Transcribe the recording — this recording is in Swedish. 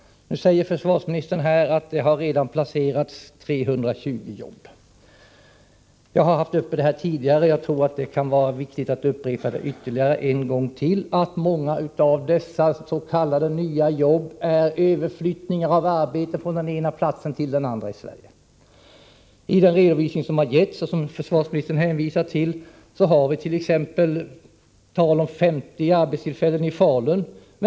Nu säger försvarsministern att det redan har placerats 320 jobb. Jag har haft denna fråga uppe tidigare, men jag tror att det är viktigt att upprepa en gång till att många av dessa s.k. nya jobb är överflyttningar av arbeten från den ena platsen till den andra i Sverige. I den redovisning som getts och som försvarsministern hänvisar till talas det t.ex. om 50 arbetstillfällen i Falun.